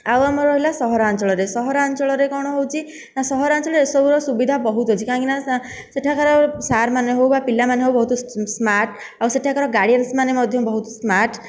ଆଉ ଆମର ରହିଲା ସହରାଞ୍ଚଳରେ ସହରାଞ୍ଚଳରେ କ'ଣ ହେଉଛି ନା ସହରାଞ୍ଚଳରେ ଏସବୁର ସୁବିଧା ବହୁତ ଅଛି କାହିଁକି ନା ସେଠାକାର ସାର୍ ମାନେ ହେଉ ବା ପିଲାମାନେ ହେଉ ବହୁତ ସ୍ମାର୍ଟ ଆଉ ସେଠାକାର ଗାଡ଼ିଆନ ମାନେ ବି ବହୁତ ସ୍ମାର୍ଟ